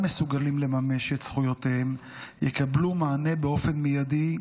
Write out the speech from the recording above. מסוגלים לממש את זכויותיהם יקבלו מענה באופן מיידי,